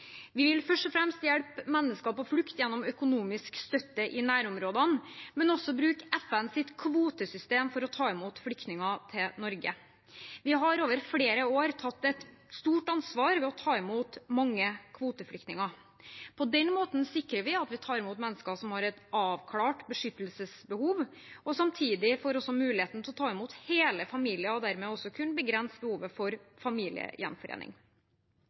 Vi vil først og fremst hjelpe mennesker på flukt gjennom økonomisk støtte i nærområdene, men vil også bruke FNs kvotesystem for å ta imot flyktninger i Norge. Vi har over flere år tatt et stort ansvar ved å ta imot mange kvoteflyktninger. På den måten sikrer vi at vi tar imot mennesker som har et avklart beskyttelsesbehov, og samtidig får vi muligheten til å ta imot hele familier. Dermed vil vi også kunne begrense behovet for familiegjenforening.